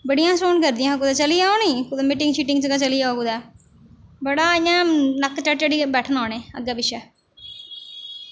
बड़ियां छहोन करदियां हियां कुदै चली जाओ नी कुतै मीटिंग शीटिंग च चली जाओ कुदै बड़ा इ'यां नक्क चाढ़ी चाढ़ियै बैठना उ'नें अग्गें पिच्छै